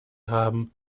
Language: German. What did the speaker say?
haben